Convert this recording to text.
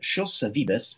šios savybės